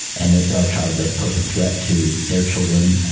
and that our child does pose a threat to their children,